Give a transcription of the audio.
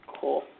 cool